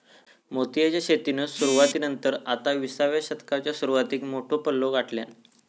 मोतीयेची शेतीन सुरवाती नंतर आता विसाव्या शतकाच्या सुरवातीक मोठो पल्लो गाठल्यान